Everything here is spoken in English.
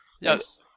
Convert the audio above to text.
Yes